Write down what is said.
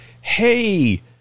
hey